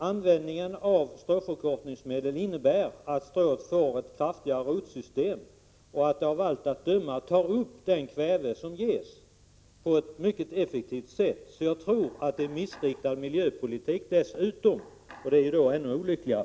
Användningen av stråförkortningsmedel innebär att strået får ett kraftigare rotsystem och av allt att döma på ett mycket effektivt sätt tar upp det kväve som finns att ta upp. Jag tror alltså att detta är en missriktad miljöpolitik, och då blir förbudet ännu olyckligare.